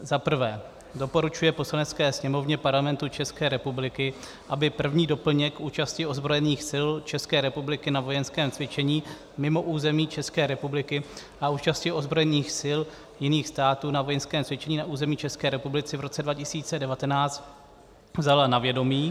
I. doporučuje Poslanecké sněmovně Parlamentu České republiky, aby 1. doplněk k účasti ozbrojených sil České republiky na vojenském cvičení mimo území České republiky a účasti ozbrojených sil jiných států na vojenském cvičení na území České republiky v roce 2019 vzala na vědomí;